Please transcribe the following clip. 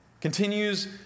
continues